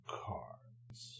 cards